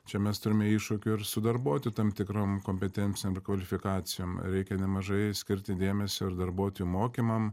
čia mes turime iššūkių ir su darbuotojų tam tikrom kompetencijom ir kvalifikacijom reikia nemažai skirti dėmesio ir darbuotojų mokymam